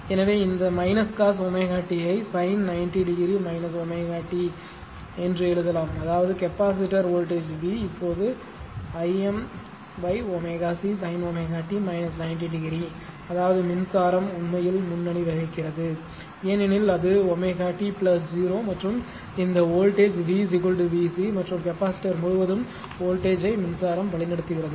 எனவே இந்த cos ω t ஐ sin 90 டிகிரி ω t என்று எழுதலாம் அதாவது கெப்பாசிட்டர் வோல்ட்டேஜ் V இப்பொழுது I m ω C sin ω t 90 degree அதாவது மின்சாரம் உண்மையில் முன்னணி வகிக்கிறது ஏனெனில் அது ω t 0 மற்றும் இந்த வோல்ட்டேஜ் V VC மற்றும் கெப்பாசிட்டர் முழுவதும் வோல்ட்டேஜ் ஐ மின்சாரம் வழிநடத்துகிறது